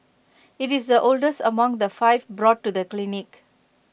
IT is the oldest among the five brought to the clinic